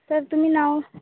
तर तुम्ही नाव